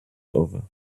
over